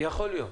יכול להיות,